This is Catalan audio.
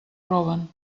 roben